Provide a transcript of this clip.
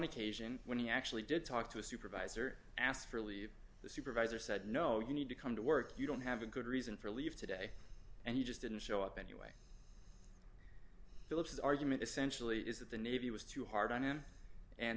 occasion when he actually did talk to a supervisor asked for leave the supervisor said no you need to come to work you don't have a good reason for leave today and you just didn't show up anyway phillips's argument essentially is that the navy was too hard on him and